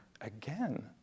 again